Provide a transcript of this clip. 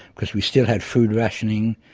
because we still had food rationing,